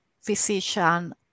physician